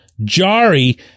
Jari